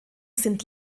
sind